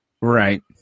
Right